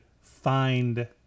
find